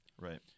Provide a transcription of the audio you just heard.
Right